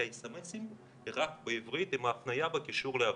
כי האס.אמ.אסים הם רק בעברית עם הפניה וקישור לערבית.